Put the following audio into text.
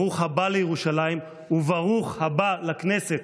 ברוך הבא לירושלים וברוך הבא לכנסת.